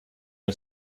are